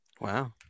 wow